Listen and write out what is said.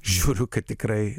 žiūriu kad tikrai